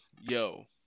Yo